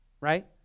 right